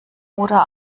oder